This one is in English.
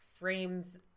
frames